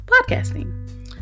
podcasting